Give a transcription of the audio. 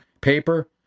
Paper